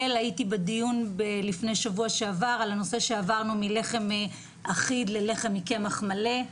הייתי בדיון בשבוע שעבר על הנושא שעברנו מלחם אחיד ללחם מקמח מלא,